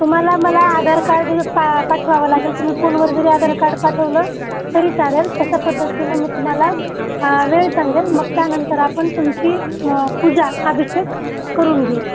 तुम्हाला मला आधार कार्ड पा पाठवावं लागेल तुम्ही फोनवर जरी आधार कार्ड पाठवलं तरी चालेल त्याच्या पद्धतीन मी तुम्हाला वेळ सांगेल मग त्यानंतर आपण तुमची पूजा आभिषेक करून घेऊ